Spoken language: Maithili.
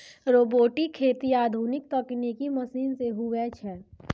रोबोटिक खेती आधुनिक तकनिकी मशीन से हुवै छै